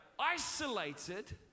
isolated